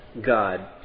God